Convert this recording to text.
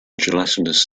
gelatinous